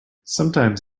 sometimes